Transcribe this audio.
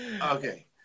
Okay